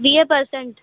वीह पर्सेंट